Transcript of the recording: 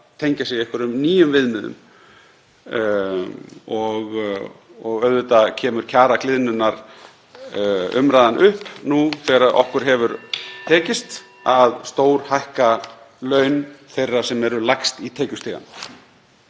tengja sig við einhver ný viðmið. Auðvitað kemur kjaragliðnunarumræðan upp nú þegar okkur hefur tekist að stórhækka laun þeirra sem eru lægst í tekjustiganum.